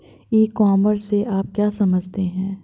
ई commerce से आप क्या समझते हैं?